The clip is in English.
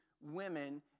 women